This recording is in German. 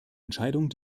entscheidung